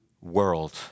world